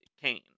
kane